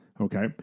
Okay